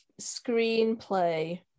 screenplay